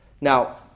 Now